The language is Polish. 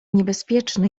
niebezpieczny